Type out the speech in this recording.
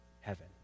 heaven